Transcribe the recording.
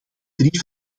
drie